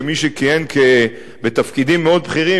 כמי שכיהן בתפקידים מאוד בכירים,